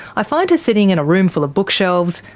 i find her sitting in a room full of bookshelves,